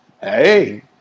Hey